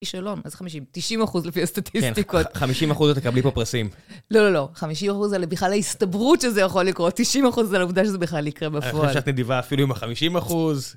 אז חמישים, תשעים אחוז לפי הסטטיסטיקות. כן, חמישים אחוז, את תקבלי פה פרסים. לא, לא, לא, חמישים אחוז, בכלל ההסתברות שזה יכול לקרות, תשעים אחוז זו העובדה שזה בכלל יקרה בפועל. אני חושב שאת נדיבה אפילו עם החמישים אחוז.